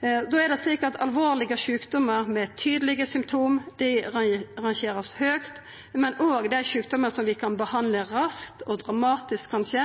er det slik at alvorlege sjukdomar med tydelege symptom vert rangerte høgt, men òg dei sjukdomane som vi kan behandla raskt og dramatisk, kanskje.